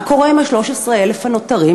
מה קורה עם 13,000 הנותרים?